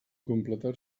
completar